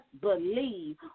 believe